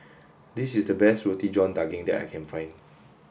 this is the best Roti John Daging that I can find